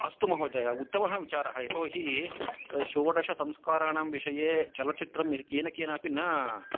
अस्तु महोदय उत्तमः विचारः यतोऽहि षोडशसंस्काराणां विषये चलचित्रं येन केनापि न